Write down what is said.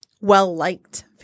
well-liked